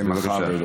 בבקשה.